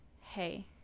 hey